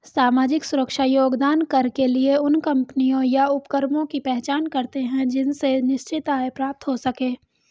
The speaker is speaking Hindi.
सामाजिक सुरक्षा योगदान कर के लिए उन कम्पनियों या उपक्रमों की पहचान करते हैं जिनसे निश्चित आय प्राप्त हो सके